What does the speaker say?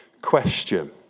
question